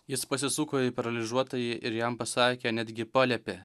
jis pasisuko į paralyžiuotąjį ir jam pasakė netgi paliepė